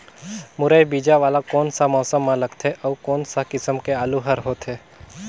मुरई बीजा वाला कोन सा मौसम म लगथे अउ कोन सा किसम के आलू हर होथे?